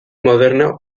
moderno